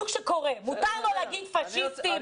לא רוצה להשתמש בקריאות שלי.